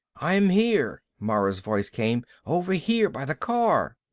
i'm here, mara's voice came. over here, by the car.